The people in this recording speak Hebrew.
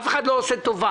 אף אחד לא עושה טובה,